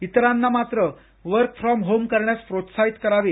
इतरांना work from home करण्यास प्रोत्साहित करावे